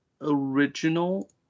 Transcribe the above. original